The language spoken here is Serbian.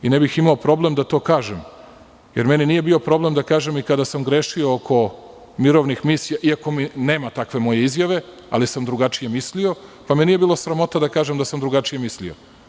Ne bih imao problem da to kažem, jer meni nije bio problem da kažem i kada sam grešio oko mirovnih misija, iako nema takve moje izjave, ali sam drugačije mislio, pa me nije bilo sramota da kažem da sam drugačije mislio.